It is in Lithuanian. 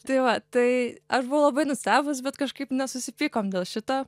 tai va tai aš buvau labai nustebus bet kažkaip nesusipykom dėl šito